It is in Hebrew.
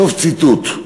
סוף ציטוט.